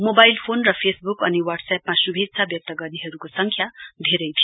mobile phone र Facebook अनि वाटसएपमा श्भेच्छा व्यक्त गर्नेहरूको सङ्ख्या धेरै थियो